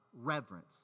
reverence